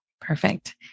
Perfect